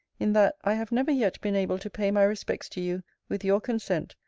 in that i have never yet been able to pay my respects to you with youre consent,